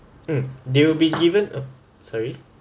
hmm they will be given a sorry